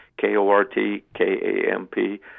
K-O-R-T-K-A-M-P